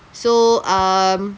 so um